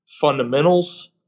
fundamentals